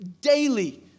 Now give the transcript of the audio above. daily